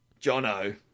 Jono